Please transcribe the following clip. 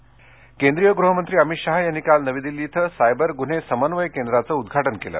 शाह केंद्रीय गृहमंत्री अमित शहा यांनी काल नवी दिल्ली इथं सायबर गुन्हे समन्वय केंद्राचं उद्घाटन केलं